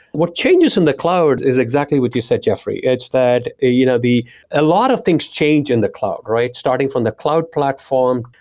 what changes in the cloud is exactly what you say, jeffrey. it's that a you know ah lot of things change in the cloud, right? starting from the cloud platform,